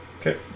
Okay